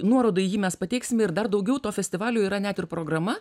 nuorodų į jį mes pateiksime ir dar daugiau to festivalio yra net ir programa